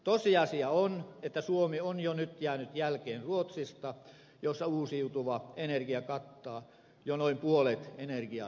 tosiasia on että suomi on jo nyt jäänyt jälkeen ruotsista jossa uusiutuva energia kattaa jo noin puolet energiankäytöstä